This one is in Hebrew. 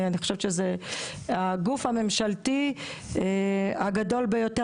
אני חושבת שזה הגוף הממשלתי הגדול ביותר